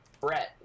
Brett